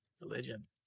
religion